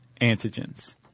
antigens